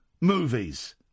Movies